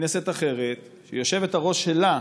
כנסת אחרת, שהיושבת-ראש שלה,